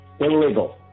illegal